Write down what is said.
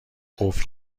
قفل